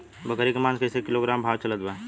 बकरी के मांस कईसे किलोग्राम भाव चलत बा?